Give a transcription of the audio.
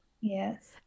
Yes